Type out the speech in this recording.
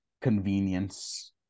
convenience